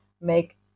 make